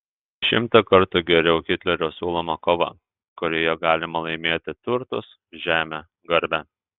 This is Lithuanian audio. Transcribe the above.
šimtą kartų geriau hitlerio siūloma kova kurioje galima laimėti turtus žemę garbę